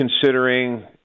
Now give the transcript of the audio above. considering